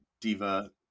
diva